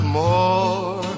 more